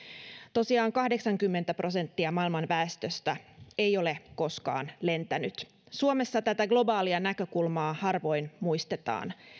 tosiaan kahdeksankymmentä prosenttia maailman väestöstä ei ole koskaan lentänyt suomessa tätä globaalia näkökulmaa harvoin muistetaan